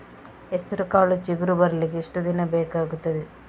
ಹೆಸರುಕಾಳು ಚಿಗುರು ಬರ್ಲಿಕ್ಕೆ ಎಷ್ಟು ದಿನ ಬೇಕಗ್ತಾದೆ?